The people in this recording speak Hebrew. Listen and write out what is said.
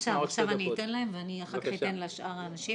עכשיו אני אתן להם ואחר כך אני אתן לשאר האנשים.